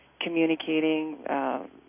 communicating